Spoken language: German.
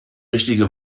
richtige